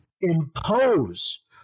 impose